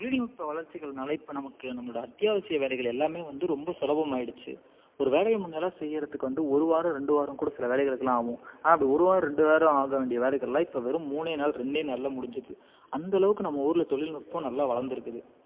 தொழில்நுட்ப வளர்ச்சிகள்னால் இப்போ நமக்கு நம்மளோட அத்தியாவசிய வேலைகள் எல்லாமே வந்து ரொம்ப சுலபம் ஆகிடுச்சி ஒரு வேலையை முன்னாலாம் செய்கிறதுக்கு வந்து ஒரு வாரம் ரெண்டு வாரம் கூட சில வேலைகளுக்கெல்லாம் ஆகும் ஆனால் இப்போ ஒரு வாரம் ரெண்டு வாரம் ஆக வேண்டிய வேலைகள்லாம் இப்போ வெறும் மூணே நாள் ரெண்டே நாள்ல முடிஞ்சிடுது அந்தளவுக்கு நம்ம ஊரில் தொழில்நுட்பம் நல்லா வளர்ந்திருக்குது